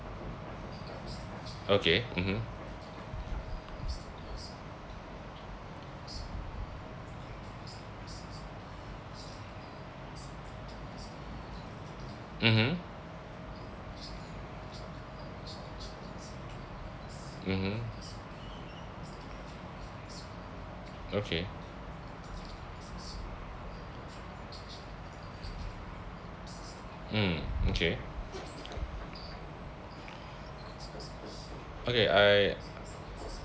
okay mmhmm mmhmm mmhmm okay mm okay okay I